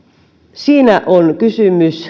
siinä on kysymys